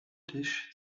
dish